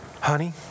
Honey